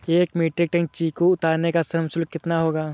एक metric tonne चीकू उतारने का श्रम शुल्क कितना होगा?